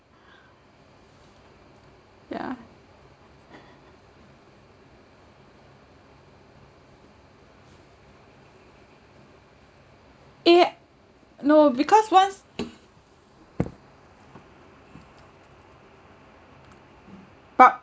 yeah A~ no because once but